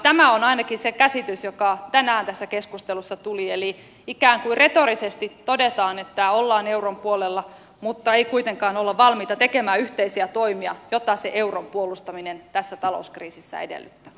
tämä on ainakin se käsitys joka tänään tässä keskustelussa tuli eli ikään kuin retorisesti todetaan että ollaan euron puolella mutta ei kuitenkaan olla valmiita tekemään yhteisiä toimia joita se euron puolustaminen tässä talouskriisissä edellyttää